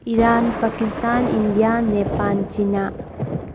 Iran Pakistan India Nepal China